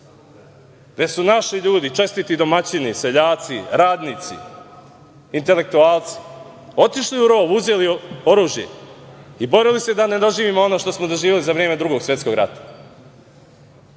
gde su naši ljudi, čestiti domaćini, seljaci, radnici, intelektualci, otišli u rov, uzeli oružje i borili se da ne doživimo ono što smo doživeli za vreme Drugog svetskog rata. Mi